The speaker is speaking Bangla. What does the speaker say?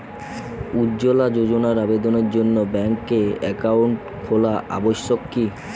উজ্জ্বলা যোজনার আবেদনের জন্য ব্যাঙ্কে অ্যাকাউন্ট খোলা আবশ্যক কি?